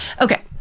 okay